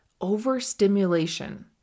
overstimulation